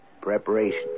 Preparation